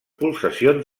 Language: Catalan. pulsacions